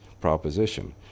proposition